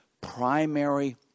primary